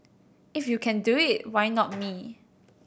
if you can do it why not me